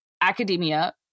academia